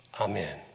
Amen